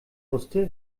wusste